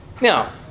Now